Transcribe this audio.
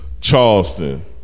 Charleston